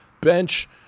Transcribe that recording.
bench